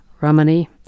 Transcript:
Ramani